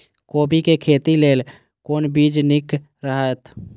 कोबी के खेती लेल कोन बीज निक रहैत?